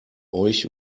euch